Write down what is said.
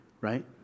right